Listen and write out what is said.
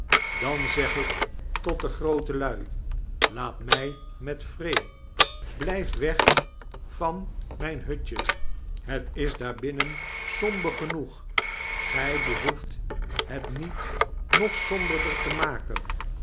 dan zeg ik tot de groote lui laat mij met vrel blijf weg van mijn hutje het is daarbinnen somber genoeg gij behoeft het niet nog somberdet te maken